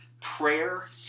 prayer